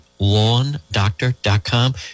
lawndoctor.com